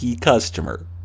customer